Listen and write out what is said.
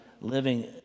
living